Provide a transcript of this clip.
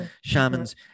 shamans